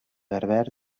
berber